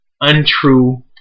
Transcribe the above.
untrue